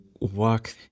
walk